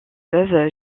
fleuve